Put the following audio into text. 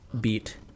beat